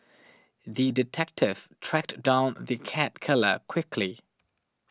the detective tracked down the cat killer quickly